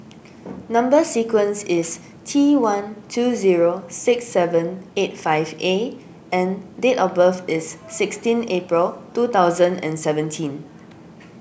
Number Sequence is T one two zero six seven eight five A and date of birth is sixteen April two thousand and seventeen